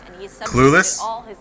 Clueless